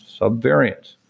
subvariants